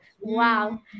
wow